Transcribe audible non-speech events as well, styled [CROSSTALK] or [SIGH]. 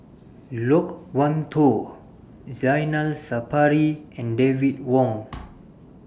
Loke Wan Tho Zainal Sapari and David Wong [NOISE]